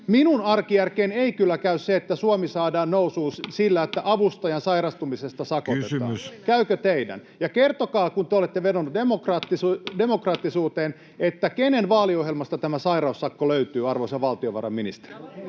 Minun arkijärkeeni ei kyllä käy se, että Suomi saadaan nousuun sillä, että avustajan sairastumisesta sakotetaan. [Puhemies: Kysymys!] Käykö teidän, ja kertokaa, kun te olette vedonnut demokraattisuuteen, että kenen vaaliohjelmasta tämä sairaussakko löytyy, arvoisa valtiovarainministeri?